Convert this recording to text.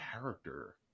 character